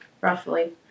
roughly